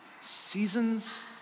Seasons